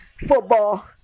football